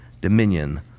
dominion